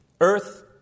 earth